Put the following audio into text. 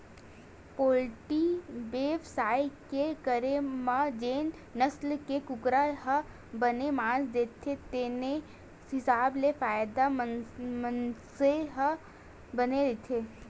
poultry बेवसाय के करे म जेन नसल के कुकरा ह बने मांस देथे तेने हिसाब ले फायदा मनसे ल बने होथे